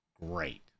great